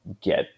get